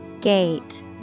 Gate